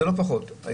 השאלה